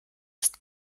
ist